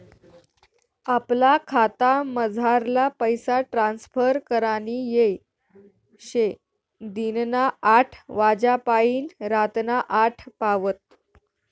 आपला खातामझारला पैसा ट्रांसफर करानी येय शे दिनना आठ वाज्यापायीन रातना आठ पावत